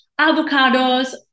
avocados